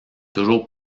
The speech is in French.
toujours